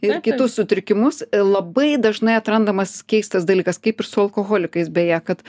ir kitus sutrikimus labai dažnai atrandamas keistas dalykas kaip ir su alkoholikais beje kad